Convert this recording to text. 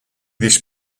this